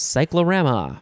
Cyclorama